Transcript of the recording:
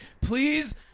please